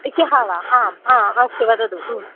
ह्यः वा आम् आम् अस्तु वदतु